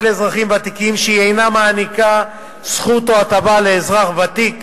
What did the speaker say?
לאזרחים ותיקים שהיא אינה מעניקה זכות או הטבה לאזרח ותיק,